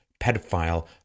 pedophile